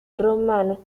romano